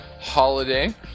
holiday